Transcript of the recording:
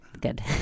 Good